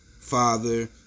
father